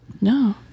No